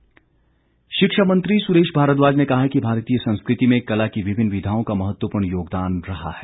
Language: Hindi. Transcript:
सुरेश भारद्वाज शिक्षा मंत्री सुरेश भारद्वाज ने कहा है कि भारतीय संस्कृति में कला की विभिन्न विधाओं का महत्वपूर्ण योगदान रहा है